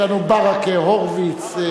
יש לנו ברכה, הורוביץ,